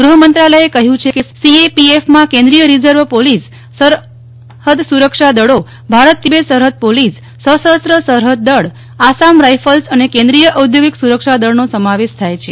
ગૂહ મંત્રાલયે કહ્યું છે કે સીએપીએફમાં કેન્દ્રિય રિઝર્વ પોલીસ સરહદ સુરક્ષા દળો ભારત તિબેટ સરહદ પોલીસ સશસ્ર સરહદ દળ આસામ રાઈફલ્સ અને કેન્દ્રિય ઔદ્યોગિક સુરક્ષા દળનો સમાવેશ થાય છે